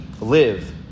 live